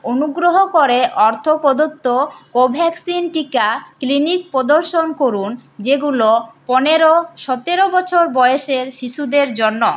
অনুগ্রহ করে অর্থ প্রদত্ত কোভ্যাক্সিন টিকা ক্লিনিক প্রদর্শন করুন যেগুলো পনেরো সতেরো বছর বয়সের শিশুদের জন্য